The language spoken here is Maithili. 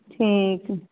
ठीक